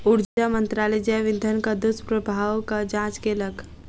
ऊर्जा मंत्रालय जैव इंधनक दुष्प्रभावक जांच केलक